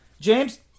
James